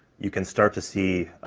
you can start to see,